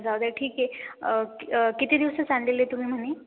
जाऊद्या ठीक आहे किती दिवसाचं आणलेलं तुम्ही म्हणे